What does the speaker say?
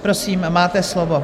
Prosím, máte slovo.